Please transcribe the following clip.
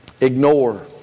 ignore